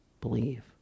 believe